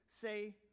say